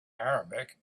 arabic